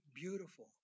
beautiful